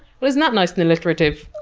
isn't that nice and alliterative!